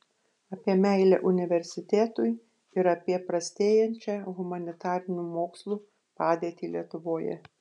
apie meilę universitetui ir apie prastėjančią humanitarinių mokslų padėtį lietuvoje